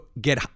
get